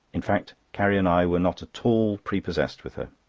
in fact, carrie and i were not at all prepossessed with her.